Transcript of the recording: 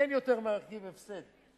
אין יותר מרכיב הפסד,